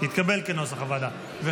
כנוסח הוועדה, התקבל.